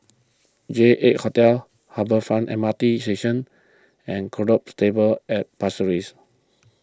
J eight Hotel Harbour Front M R T Station and Gallop Stables at Pasir Ris